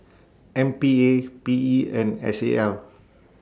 M P A P E and S A L